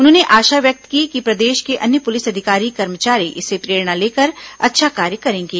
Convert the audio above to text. उन्होंने आशा व्यक्त की कि प्रदेश के अन्य पुलिस अधिकारी कर्मचारी इससे प्रेरणा लेकर अच्छा कार्य करेंगे